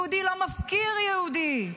יהודי לא מפקיר יהודי.